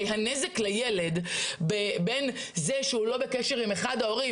הנזק לילד בין זה שהוא לא בקשר עם אחד ההורים